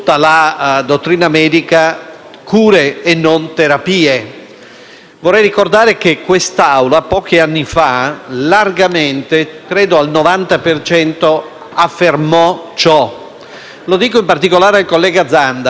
Vorrei ricordare che quest'Assemblea pochi anni fa, a larga maggioranza, credo al 90 per cento, affermò ciò. Lo dico in particolare al collega Zanda, che fu firmatario di una mozione, che